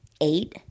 eight